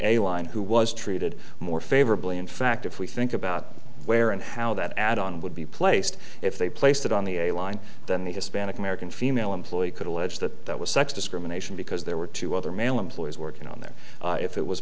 airline who was treated more favorably in fact if we think about where and how that add on would be placed if they placed it on the a line then the hispanic american female employee could allege that that was sex discrimination because there were two other male employees working on that if it was